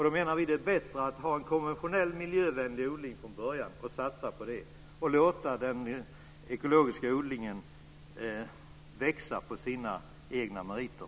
Vi menar att det är bättre att ha en konventionell, miljövänlig odling från början och låta den ekologiska odlingen växa på sina egna meriter.